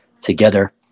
together